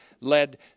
led